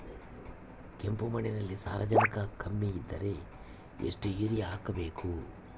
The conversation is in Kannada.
ಕಪ್ಪು ಮಣ್ಣಿನಲ್ಲಿ ಸಾರಜನಕ ಕಮ್ಮಿ ಇದ್ದರೆ ಎಷ್ಟು ಯೂರಿಯಾ ಹಾಕಬೇಕು?